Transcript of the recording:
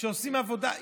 עושים עבודה,